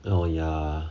oh ya